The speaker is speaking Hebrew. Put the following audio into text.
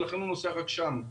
לכן הוא נוסע רק שם.